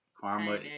karma